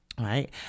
right